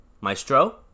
Maestro